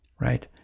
right